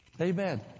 Amen